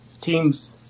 teams